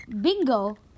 Bingo